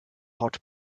hot